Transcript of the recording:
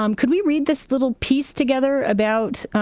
um could we read this little piece together about,